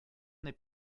n’est